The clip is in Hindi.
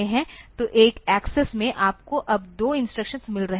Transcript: तो एक एक्सेस में आपको अब दो इंस्ट्रक्शन मिल रहे हैं